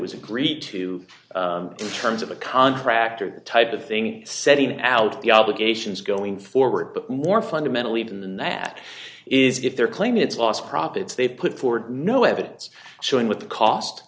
was agreed to in terms of a contractor type of thing setting out the obligations going forward but more fundamentally even that is if they're claiming it's lost profits they put forward no evidence showing with the cost